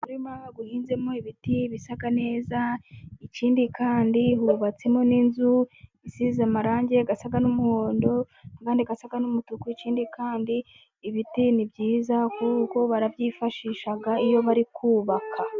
Umurima uhinzemo ibiti bisa neza, ikindi kandi hubatsemo n'inzu isize amarangi asa n'umuhondo, ayandi asa n'umutuku, ikindi kandi ibiti ni byiza, kuko barabyifashisha iyo bari kubaka.